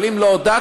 אבל אם לא הודעת,